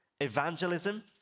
evangelism